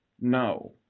No